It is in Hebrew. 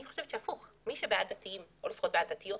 לדעתי, מי שבעד דתיים ודתיות